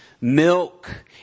milk